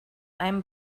einem